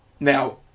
Now